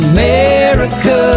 America